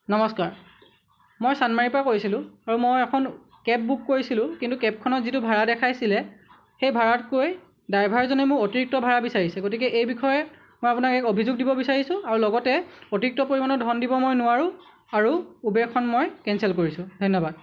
নমস্কাৰ মই চান্দমাৰীৰ পৰা কৈছিলোঁ আৰু মই এখন কেব বুক কৰিছিলোঁ কিন্তু কেবখনত যিটো ভাড়া দেখাইছিলে সেই ভাড়াতকৈ ড্ৰাইভাৰজনে মোক অতিৰিক্ত ভাড়া বিচাৰিছে গতিকে এই বিষয়ে মই আপোনাক এক অভিযোগ দিব বিচাৰিছোঁ আৰু লগতে অতিৰিক্ত পৰিমাণৰ ধন দিব মই নোৱাৰোঁ আৰু উবেৰখন মই কেঞ্চেল কৰিছোঁ ধন্যবাদ